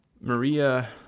Maria